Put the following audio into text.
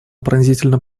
пронзительно